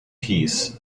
piece